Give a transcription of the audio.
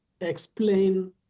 explain